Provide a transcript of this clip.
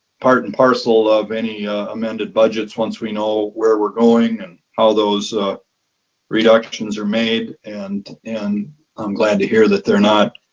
part and parcel of any amended budgets once we know where we're going and how those reductions are made. and and i'm glad to hear that they're not